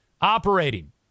operating